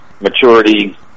maturity